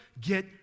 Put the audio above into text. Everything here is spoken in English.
get